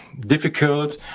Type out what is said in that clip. Difficult